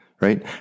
right